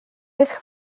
eich